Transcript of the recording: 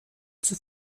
zur